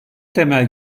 temel